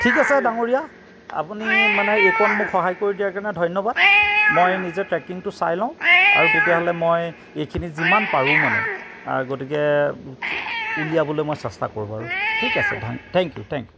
ঠিক আছে ডাঙৰীয়া আপুনি মানে এইকণ মোক সহায় কৰি দিয়া কাৰণে ধন্য়বাদ মই নিজে ট্ৰেকিংটো চাই লওঁ আৰু তেতিয়াহ'লে মই এইখিনি যিমান পাৰু মানে গতিকে উলিয়াবলৈ মই চেষ্টা কৰো বাৰু ঠিক আছে ধ্য় থেংক ইউ থেংক ইউ